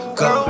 go